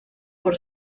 por